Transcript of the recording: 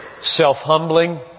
self-humbling